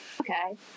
Okay